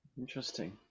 interesting